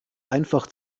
einfach